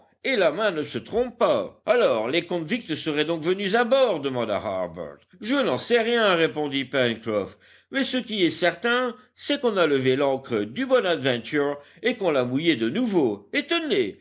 et la main ne se trompe pas alors les convicts seraient donc venus à bord demanda harbert je n'en sais rien répondit pencroff mais ce qui est certain c'est qu'on a levé l'ancre du bonadventure et qu'on l'a mouillée de nouveau